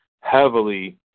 heavily